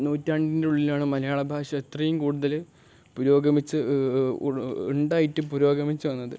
നൂറ്റാണ്ടിൻ്റെ ഉള്ളിലാണ് മലയാള ഭാഷ അത്രയും കൂടുതൽ പുരോഗമിച്ച് ഉണ്ടായിട്ട് പുരോഗമിച്ചു വന്നത്